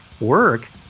work